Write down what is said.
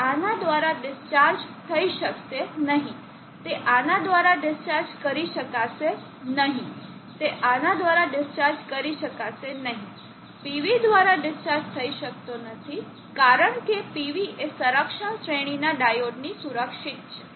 તે આના દ્વારા ડિસ્ચાર્જ થઇ શકશે નહીં તે આના દ્વારા ડિસ્ચાર્જ કરી શકશે નહીં તે આના દ્વારા ડિસ્ચાર્જ કરી શકશે નહીં PV દ્વારા ડિસ્ચાર્જ થઇ શકતો નથી કારણ કે PV એ સંરક્ષણ શ્રેણીના ડાયોડથી સુરક્ષિત છે